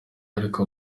ariko